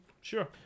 Sure